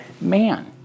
man